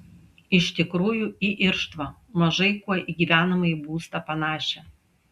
iš tikrųjų į irštvą mažai kuo į gyvenamąjį būstą panašią